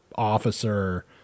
officer